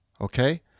Okay